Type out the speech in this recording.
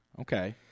Okay